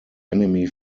enemy